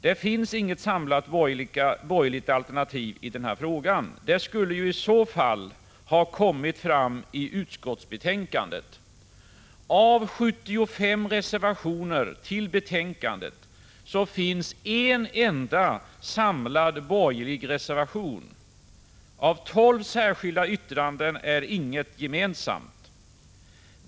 Det finns inget samlat borgerligt alternativ i denna fråga. Det skulle i så fall ha kommit fram i utskottsbetänkandet. Bland 75 reservationer vid betänkandet finns en enda samlad borgerlig reservation. Av 12 särskilda yttranden är inget gemensamt.